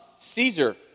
Caesar